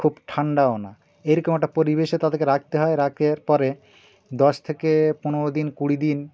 খুব ঠান্ডাও না এইরকম একটা পরিবেশে তাদেরকে রাখতে হয় রাখার পরে দশ থেকে পনেরো দিন কুড়ি দিন